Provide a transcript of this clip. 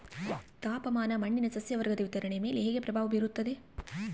ತಾಪಮಾನ ಮಣ್ಣಿನ ಸಸ್ಯವರ್ಗದ ವಿತರಣೆಯ ಮೇಲೆ ಹೇಗೆ ಪ್ರಭಾವ ಬೇರುತ್ತದೆ?